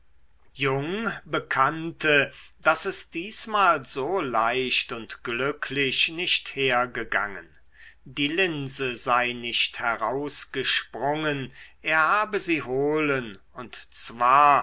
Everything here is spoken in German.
jung bekannte daß es diesmal so leicht und glücklich nicht hergegangen die linse sei nicht herausgesprungen er habe sie holen und zwar